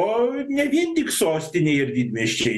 o ne vien tik sostinė ir didmiesčiai